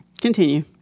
Continue